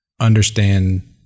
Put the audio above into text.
understand